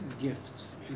gifts